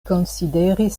konsideris